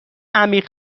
عمیق